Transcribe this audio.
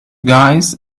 guys